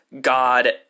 God